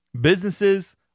Businesses